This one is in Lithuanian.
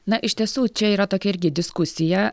na iš tiesų čia yra tokia irgi diskusija